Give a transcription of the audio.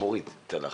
מוריד את הלחץ.